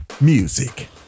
music